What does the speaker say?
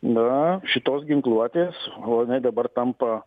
na šitos ginkluotėso jinai dabar tampa